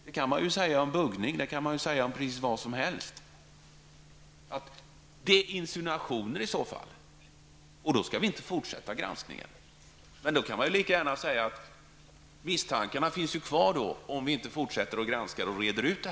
Man kan säga det om buggning och precis vad som helst, dvs. att det är fråga om insinuationer. Ja, då skall vi inte fortsätta granskningen. Men då kan man lika gärna säga att misstankarna finns kvar, om vi inte fortsätter med granskningen och utreder ärendet.